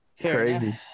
Crazy